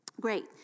Great